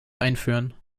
einführen